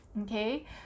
Okay